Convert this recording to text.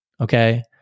Okay